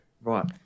Right